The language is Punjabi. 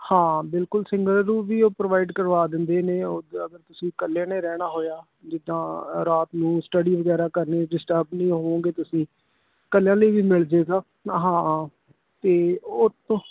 ਹਾਂ ਬਿਲਕੁਲ ਸਿੰਗਲ ਰੂਮ ਵੀ ਉਹ ਪ੍ਰੋਵਾਈਡ ਕਰਵਾ ਦਿੰਦੇ ਨੇ ਉੱਦਾਂ ਤੁਸੀਂ ਇਕੱਲੇ ਨੇ ਰਹਿਣਾ ਹੋਇਆ ਜਿੱਦਾਂ ਰਾਤ ਨੂੰ ਸਟਡੀ ਵਗੈਰਾ ਕਰਨੀ ਡਿਸਟਰਬ ਨਹੀਂ ਹੋਵੋਗੇ ਤੁਸੀਂ ਕੱਲਿਆਂ ਲਈ ਵੀ ਮਿਲ ਜਾਏਗਾ ਹਾਂ ਅਤੇ ਉਹ ਤੋਂ